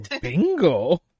Bingo